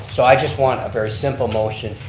so i just want a very simple motion